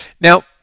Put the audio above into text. Now